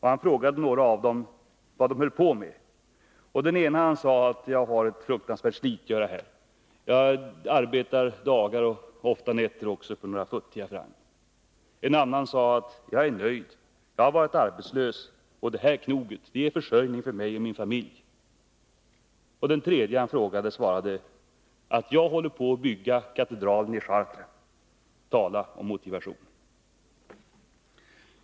Han frågade några av dem vad de höll på med. En svarade: ”Jag har ett fruktansvärt slitgöra. Jag arbetar dagar och ofta också nätter för några futtiga franc.” En annan sade: ”Jag är nöjd. Jag har varit arbetslös, och det här knoget ger försörjning för mig och min familj.” Den tredje svarade: ”Jag håller på och bygger katedralen i Chartres.” Tala om motivation!